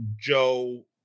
Joe